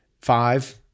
five